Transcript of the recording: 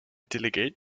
delegate